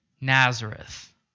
Nazareth